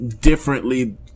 differently